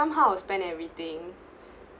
somehow spent everything